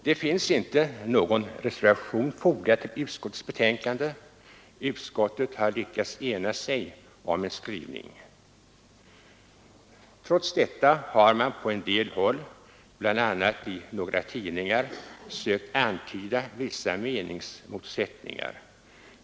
Det finns inte någon reservation fogad till utskottets betänkande; utskottet har lyckats ena sig om en skrivning. Trots detta har man på en del håll, bl.a. i några tidningar, sökt antyda vissa meningsmotsättningar.